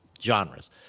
genres